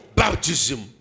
baptism